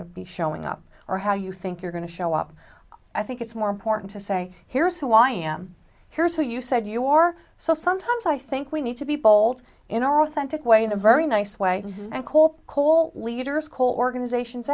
to be showing up or how you think you're going to show up i think it's more important to say here's who i am here's what you said your so sometimes i think we need to be bold in our authentic way in a very nice way and coal coal leaders coal organizations